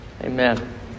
Amen